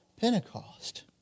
Pentecost